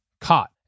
Caught